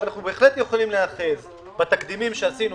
אנחנו בהחלט יכולים להיאחז בתקדימים שעשינו